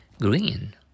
Green